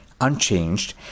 unchanged